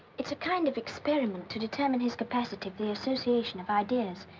it's a kind of experiment to determine his capacity for the association of ideas.